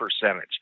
percentage